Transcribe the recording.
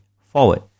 forward